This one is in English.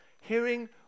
hearing